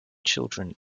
children